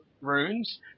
runes